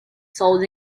sold